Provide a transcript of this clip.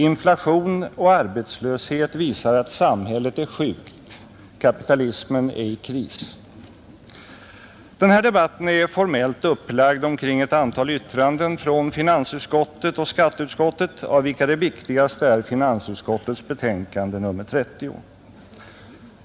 Inflation och arbetslöshet visar att samhället är sjukt. Kapitalismen är i kris. Denna debatt är formellt upplagd omkring ett antal yttranden från finansutskottet och skatteutskottet, av vilka det viktigaste är finansutskottets betänkande nr 30.